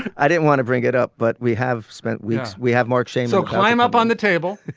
i didn't want to bring it up, but we have spent weeks. we have mark qeyno climb up on the table.